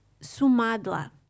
Sumadla